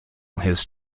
his